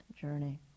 journey